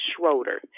Schroeder